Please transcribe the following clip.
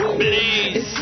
please